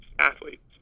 athletes